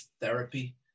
therapy